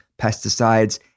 pesticides